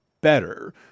better